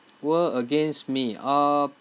were against me uh